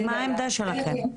אז מהי העמדה שלכם.